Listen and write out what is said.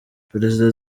perezida